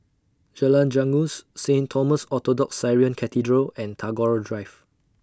Jalan Janggus Saint Thomas Orthodox Syrian Cathedral and Tagore Drive